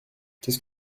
qu’est